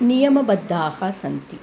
नियमबद्धाः सन्ति